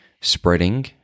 spreading